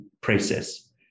process